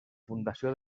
fundació